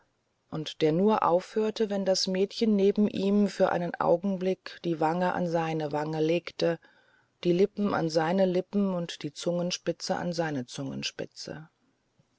und der nur dann aufhörte wenn das mädchen neben ihm für einen augenblick die wange an seine wange legte die lippen an seine lippen und die zungenspitze an seine zungenspitze